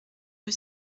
rue